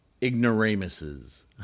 ignoramuses